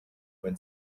when